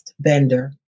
vendor